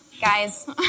guys